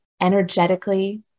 energetically